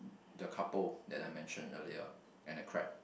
the couple that I mentioned earlier and a crab